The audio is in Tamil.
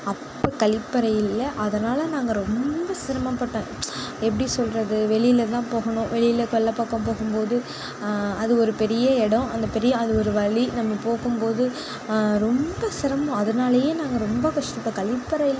அப்போ கழிப்பறை இல்லை அதனால் நாங்கள் ரொம்ப சிரமப்பட்டோம் எப்படி சொல்லுறது வெளியில தான் போகணும் வெளியில கொள்ளைப்பக்கம் போகும்போது அது ஒரு பெரிய இடம் அந்த பெரிய அது ஒரு வழி நம்ம போகும்போது ரொம்ப சிரமம் அதனாலேயே நாங்கள் ரொம்ப கஷ்டப்பட்டோம் கழிப்பறை